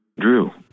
Drew